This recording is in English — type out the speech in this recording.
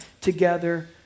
together